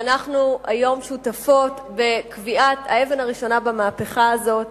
ואנחנו היום שותפות בקביעת האבן הראשונה במהפכה הזאת.